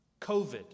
COVID